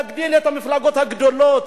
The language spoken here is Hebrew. להגדיל את המפלגות הגדולות.